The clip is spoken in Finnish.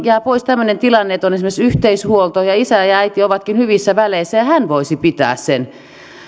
jää pois tämmöinen tilanne että on esimerkiksi yhteishuolto ja isä ja äiti ovatkin hyvissä väleissä jolloin hän voisi pitää sen